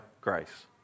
grace